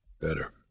Better